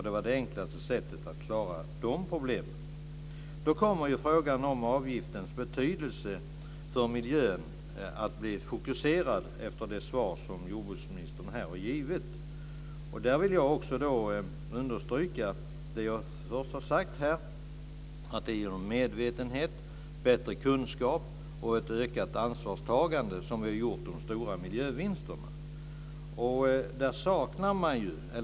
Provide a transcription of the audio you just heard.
Det var det enklaste sättet att klara de problemen. Frågan om avgiftens betydelse för miljön kommer ju att bli fokuserad efter det svar som jordbruksministern här har givit. Jag vill också understryka det jag har sagt här, att det är genom medvetenhet, bättre kunskap och ett ökat ansvarstagande som vi har gjort de stora miljövinsterna.